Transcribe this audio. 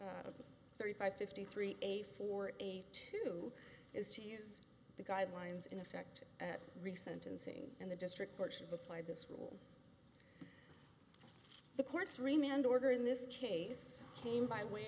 thirty five fifty three eighty four eighty two is to use the guidelines in effect at re sentencing and the district court apply this rule the courts remain and order in this case came by way